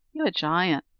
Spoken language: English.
you a giant!